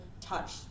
touch